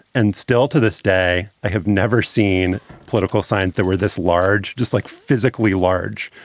and still to this day, i have never seen political signs that were this large. just like physically large,